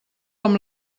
amb